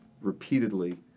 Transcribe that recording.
repeatedly